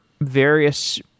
various